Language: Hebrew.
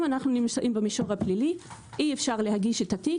אם אנחנו נמצאים במישור הפלילי אי אפשר להגיש את התיק